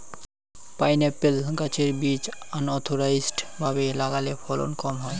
pineapple গাছের বীজ unorganised ভাবে লাগালে ফলন কম হয়